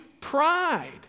pride